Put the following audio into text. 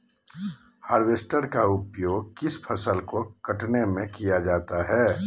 Harvester का उपयोग किस फसल को कटने में किया जाता है?